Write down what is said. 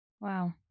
Wow